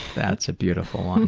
that's a beautiful one.